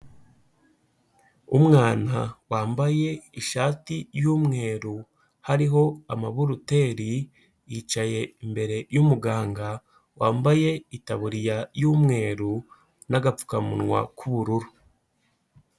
Umwana wambaye ishati y'umweru, hariho amaburuteri, yicaye imbere y'umuganga, wambaye itaburiya y'umweru n'agapfukamunwa k'ubururu.